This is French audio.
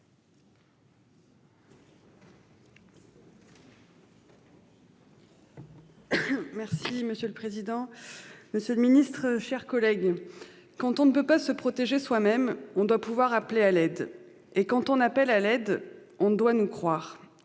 Vogel. Monsieur le président, monsieur le ministre, mes chers collègues, quand on ne peut pas se protéger soi-même, on doit pouvoir appeler à l'aide. Et quand on appelle à l'aide, on doit nous croire.